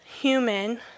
Human